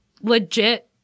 legit